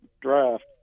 draft